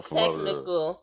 technical